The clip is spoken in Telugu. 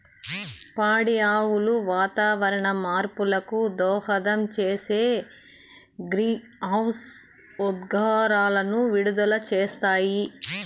పాడి ఆవులు వాతావరణ మార్పులకు దోహదం చేసే గ్రీన్హౌస్ ఉద్గారాలను విడుదల చేస్తాయి